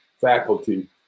faculty